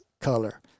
color